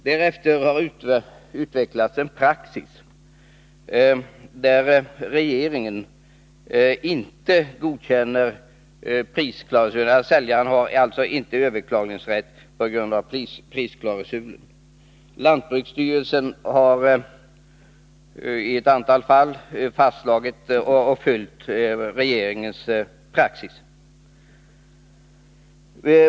Därefter har utvecklats en praxis, enligt vilken säljaren inte har överklagningsrätt på grund av prisklausulen. Lantbruksstyrelsen har i ett antal fall följt denna regeringens praxis.